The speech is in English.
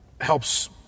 helps